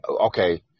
okay